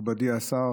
מכובדי השר,